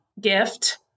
Gift